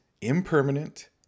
impermanent